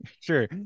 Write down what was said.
sure